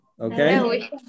Okay